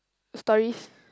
stories